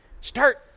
Start